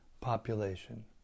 population